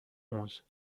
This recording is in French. onze